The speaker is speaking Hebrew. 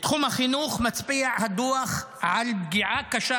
בתחום החינוך מצביע הדוח על פגיעה קשה